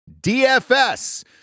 dfs